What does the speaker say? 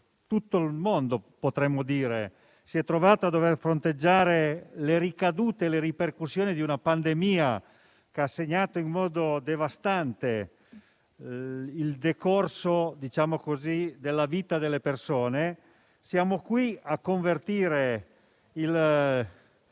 tutto il mondo, potremmo dire, si è trovato a dover fronteggiare le ricadute e le ripercussioni di una pandemia che ha segnato in modo devastante il decorso della vita delle persone, siamo qui a convertire il